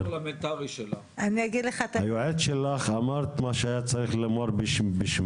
אני אגיד לך היועץ שלך אמר מה שהיה צריך לומר בשמך.